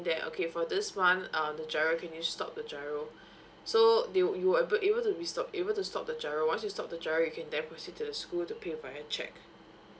that okay for this month uh the giro can you stop the giro so they will you will ab~ be able to be sto~ able to stop the giro once you stop the giro you can then proceed to the school to pay via a check